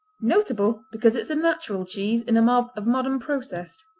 notable because it's a natural cheese in a mob of modern processed.